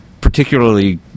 particularly